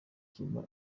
kiba